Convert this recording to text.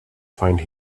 find